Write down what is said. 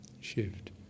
shift